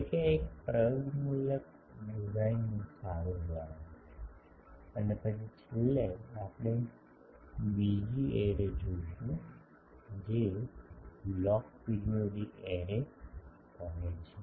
તેથી આ એક પ્રયોગમૂલક ડિઝાઇનનું સારું ઉદાહરણ છે અને પછી છેલ્લે આપણે બીજી એરે જોશું જેને લોગ પીરિયોડિક એરે કહે છે